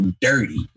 dirty